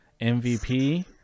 MVP